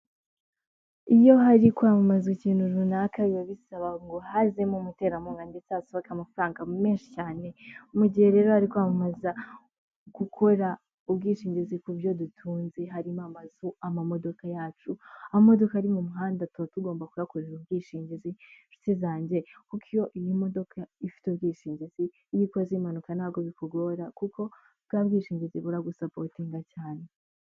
Iyo hari kwamamazwa ikintu runaka biba bisaba ngo hazemo umuterankunga ndetse hasohoke amafaranga menshi cyane. Mu gihe rero bari kwamamaza gukora ubwishingizi ku byo dutunze harimo amazu, amamodoka yacu. Amamodoka ari mu muhanda tuba tugomba kuyakorera ubwishingizi, nshuti zanjye kuko iyo imodoka ifite ubwishingizi, iyo ikoze impanuka ntabwo bikugora kuko bwa bwishingizi buragusapotinga cyane.